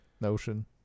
notion